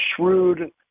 shrewd